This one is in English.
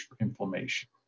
inflammation